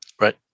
right